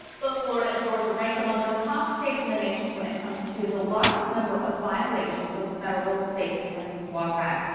but florida and georgia rank amongst the top states in the nation when it comes to the largest number of violations of the federal strait drinking water act.